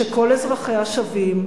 שכל אזרחיה שווים,